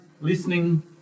listening